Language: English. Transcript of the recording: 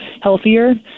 healthier